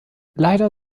leider